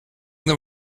them